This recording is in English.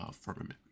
firmament